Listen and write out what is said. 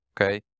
okay